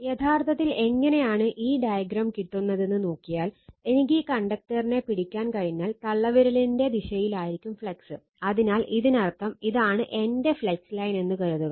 യഥാർത്ഥത്തിൽ എങ്ങനെയാണ് ഈ ഡയഗ്രം കിട്ടുന്നതെന്ന് നോക്കിയാൽ എനിക്ക് ഈ കണ്ടക്ടറിനെ പിടിക്കാൻ കഴിഞ്ഞാൽ തള്ളവിരലിൻറെ ദിശയിലാവും ഫ്ലക്സ് അതിനാൽ ഇതിനർത്ഥം ഇതാണ് എന്റെ ഫ്ലക്സ് ലൈൻ എന്ന് കരുതുക